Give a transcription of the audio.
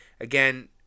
Again